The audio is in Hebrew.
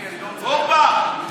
אורבך,